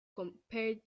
compared